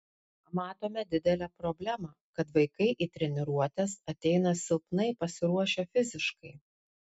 matome didelę problemą kad vaikai į treniruotes ateina silpnai pasiruošę fiziškai